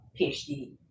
PhD